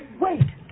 wait